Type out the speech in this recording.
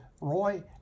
Roy